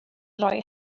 roi